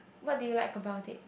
what do you like about it